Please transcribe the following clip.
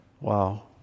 Wow